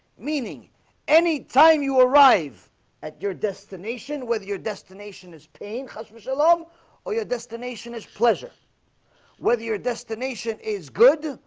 meaning any time you arrive at your destination whether your destination is paying customers alone or your destination is play whether your destination is good,